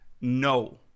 no